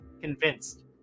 convinced